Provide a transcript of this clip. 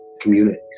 communities